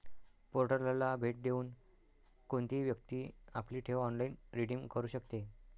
पोर्टलला भेट देऊन कोणतीही व्यक्ती आपली ठेव ऑनलाइन रिडीम करू शकते